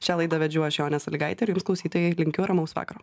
šią laidą vedžiau aš jonė salygaitė ir jums klausytojai linkiu ramaus vakaro